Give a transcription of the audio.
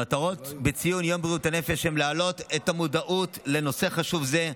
המטרות בציון יום בריאות הנפש הן להעלות את המודעות לנושא חשוב זה,